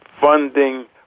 funding